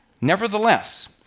Nevertheless